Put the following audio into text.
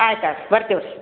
ಆಯ್ತು ಆಯ್ತು ಬರ್ತೀವಿ ರಿ ಹ್ಞೂ